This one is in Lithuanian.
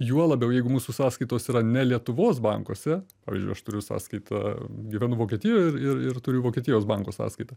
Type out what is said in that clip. juo labiau jeigu mūsų sąskaitos yra ne lietuvos bankuose pavyzdžiui aš turiu sąskaitą gyvenu vokietijoj ir ir ir turiu vokietijos banko sąskaitą